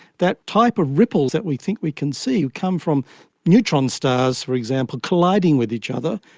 that type of ripples that we think we can see come from neutron stars, for example, colliding with each other.